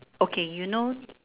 okay you know